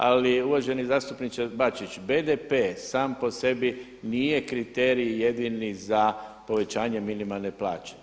Ali uvaženi zastupniče Bačić, BDP-e sam po sebi nije kriterij jedini za povećanje minimalne plaće.